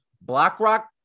BlackRock